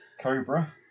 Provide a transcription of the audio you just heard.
Cobra